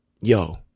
Yo